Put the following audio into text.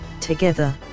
together